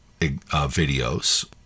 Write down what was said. videos